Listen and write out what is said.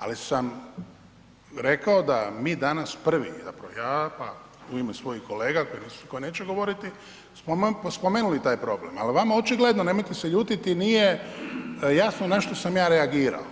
Ali sam rekao da mi danas prvi, zapravo ja, pa u ime svojih kolega koji neće govoriti, smo spomenuli taj problem, al vama očigledno, nemojte se ljutiti, nije jasno na što sam ja reagirao,